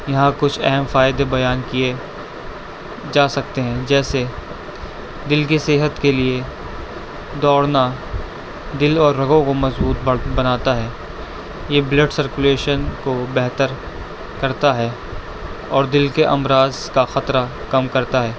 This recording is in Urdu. یہاں کچھ اہم فائدے بیان کیے جا سکتے ہیں جیسے دل کے صحت کے لیے دوڑنا دل اور رگوں کو مضبوط بڑ بناتا ہے یہ بلڈ سرکولیشن کو بہتر کرتا ہے اور دل کے امراض کا خطرہ کم کرتا ہے